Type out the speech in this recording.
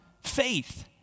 faith